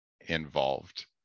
involved